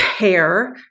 Pair